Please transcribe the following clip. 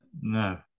No